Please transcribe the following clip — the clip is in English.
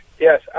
Yes